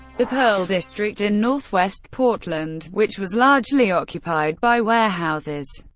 the pearl district in northwest portland, which was largely occupied by warehouses,